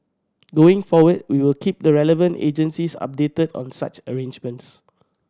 going forward we will keep the relevant agencies updated on such arrangements